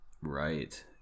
right